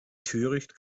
töricht